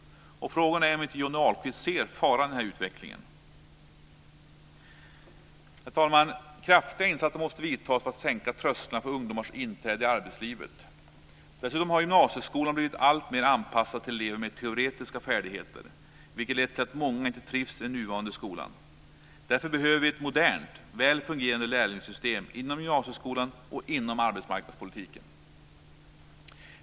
Frågan är om inte Johnny Ahlqvist ser faran i denna utveckling. Herr talman! Kraftiga insatser måste göras för att sänka trösklarna för ungdomars inträde i arbetslivet. Dessutom har gymnasieskolan blivit alltmer anpassad till elever med teoretiska färdigheter, vilket lett till att många inte trivs i den nuvarande skolan. Därför behöver vi ett modernt, väl fungerande lärlingssystem inom gymnasieskolan och inom arbetsmarknadspolitiken.